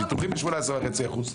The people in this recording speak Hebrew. ביטוחים ב-18.5%,